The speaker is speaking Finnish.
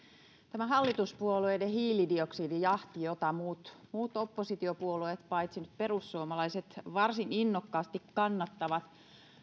tämä hallituspuolueiden hiilidioksidijahti jota muut muut oppositiopuolueet paitsi nyt perussuomalaiset varsin innokkaasti kannattavat